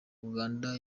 uganda